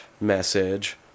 message